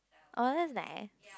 orh that's nice